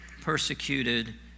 persecuted